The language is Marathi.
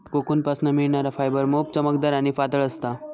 कोकूनपासना मिळणार फायबर मोप चमकदार आणि पातळ असता